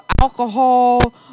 alcohol